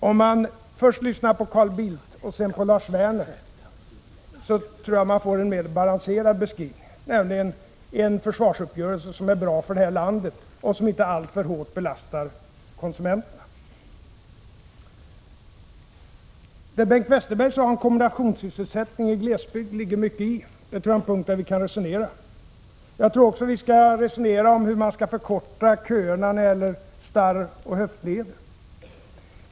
Om man först lyssnar på Carl Bildt och sedan på Lars Werner, tror jag att man får en mer balanserad bild, nämligen bilden av en försvarsuppgörelse som är bra för det här landet och som inte alltför hårt belastar konsumenterna. Det som Bengt Westerberg sade om kombinationssysselsättning i glesbygd tror jag att det ligger mycket i. På den punkten kan vi nog föra en diskussion. Jag tror också att vi skall resonera om hur man skall kunna förkorta köerna när det gäller starroch höftledsoperationer.